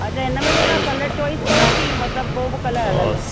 अच्छा हिन में बि का कलर चॉइस अथव की मतिलब को बि कलर हलंदो